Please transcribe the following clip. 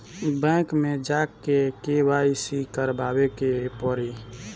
Bank मे जा के के.वाइ.सी करबाबे के पड़ी?